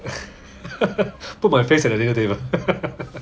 put my face at the dinner table